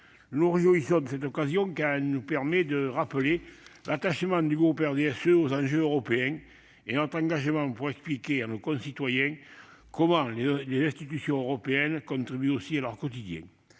nous réjouissons de cette occasion, car elle nous permet de rappeler l'attachement du groupe RDSE aux enjeux européens, lequel passe par un engagement de tous les instants pour expliquer à nos concitoyens comment les institutions européennes contribuent à leur quotidien.